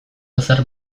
ezer